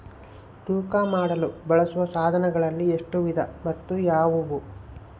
ತೂಕ ಮಾಡಲು ಬಳಸುವ ಸಾಧನಗಳಲ್ಲಿ ಎಷ್ಟು ವಿಧ ಮತ್ತು ಯಾವುವು?